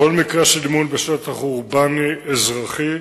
בכל מקרה של אימון בשטח אורבני, אזרחי,